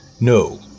no